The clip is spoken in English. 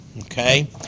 okay